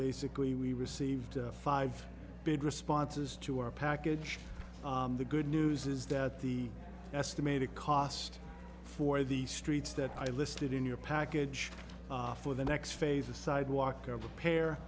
basically we received five good responses to our package the good news is that the estimated cost for the streets that i listed in your package for the next phase of sidewalk of repair